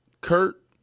Kurt